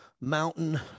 mountain